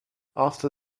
after